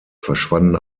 verschwanden